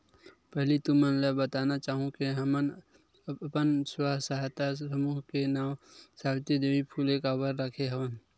पहिली तुमन ल बताना चाहूँ के हमन अपन स्व सहायता समूह के नांव सावित्री देवी फूले काबर रखे हवन